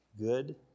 good